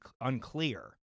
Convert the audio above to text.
unclear